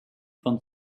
von